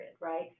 right